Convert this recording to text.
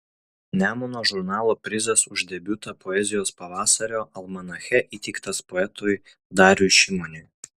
nemuno žurnalo prizas už debiutą poezijos pavasario almanache įteiktas poetui dariui šimoniui